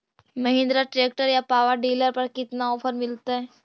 Mahindra tractor या power dealer पर कितना ओफर मीलेतय?